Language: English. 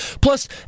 Plus